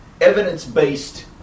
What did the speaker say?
evidence-based